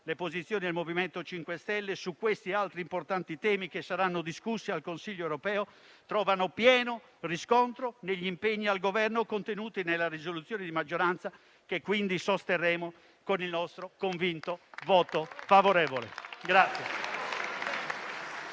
le posizioni del MoVimento 5 Stelle, su questi e altri importanti temi che saranno discussi al Consiglio europeo, trovano pieno riscontro negli impegni al Governo contenuti nella proposta di risoluzione di maggioranza, che quindi sosterremo con il nostro convinto voto favorevole.